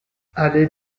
allée